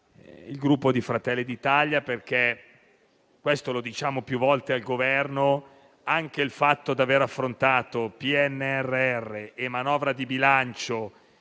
il Gruppo Fratelli d'Italia, perché - questo lo diciamo più volte al Governo - anche il fatto di aver affrontato PNRR e manovra di bilancio